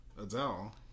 Adele